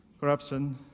corruption